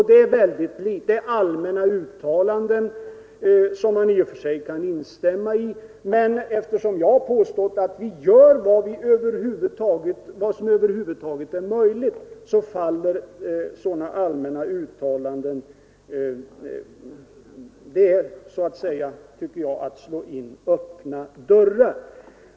Det är allmänna uttalanden som jag i och för sig kan instämma i, men när jag påpekar att vi gör vad som över huvud taget är möjligt faller de ju till marken. Herr Mundebo slår in öppna dörrar.